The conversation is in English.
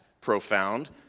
profound